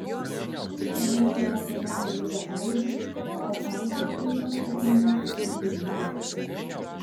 šis pranešė apie mano ligą aidui o aidas tuoj pat pas mane atsiuntė gydytoją